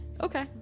okay